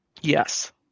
Yes